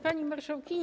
Pani Marszałkini!